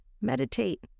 Meditate